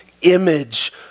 image